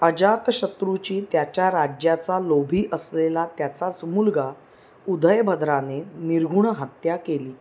अजातशत्रूची त्याच्या राज्याचा लोभी असलेला त्याचाच मुलगा उदयभद्राने निर्घृण हत्या केली